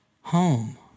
home